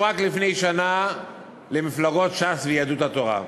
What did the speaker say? רק לפני שנה למפלגות ש"ס ויהדות התורה.